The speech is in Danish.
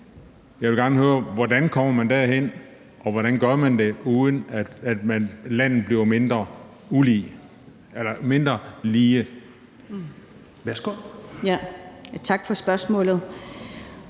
Jeg vil gerne høre: Hvordan kommer man derhen, og hvordan gør man det, uden at landet bliver mindre lige? Kl.